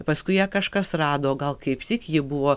paskui ją kažkas rado gal kaip tik ji buvo